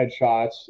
headshots